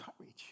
courage